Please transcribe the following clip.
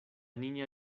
niña